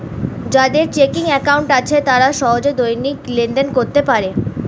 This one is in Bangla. যাদের চেকিং অ্যাকাউন্ট আছে তারা সহজে দৈনিক লেনদেন করতে পারে